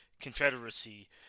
Confederacy